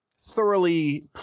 Thoroughly